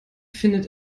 findet